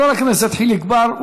חבר הכנסת חיליק בר,